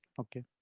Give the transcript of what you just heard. okay